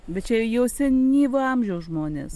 bet čia jau senyvo amžiaus žmonės